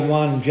one